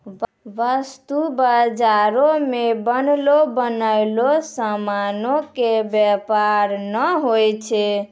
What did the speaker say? वस्तु बजारो मे बनलो बनयलो समानो के व्यापार नै होय छै